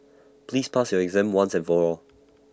please pass your exam once and for all